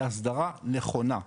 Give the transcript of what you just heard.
בהסדרה נכונה,